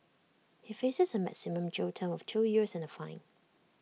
he faces A maximum jail term of two years and A fine